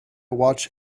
watch